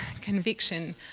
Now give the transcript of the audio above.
conviction